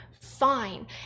fine